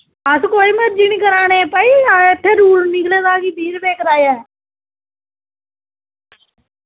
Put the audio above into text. अस कोई मर्जी नी करा ने भाई इत्थै रूल निकले दा कि बीह् रपे कराया ऐ